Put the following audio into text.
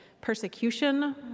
persecution